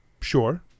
sure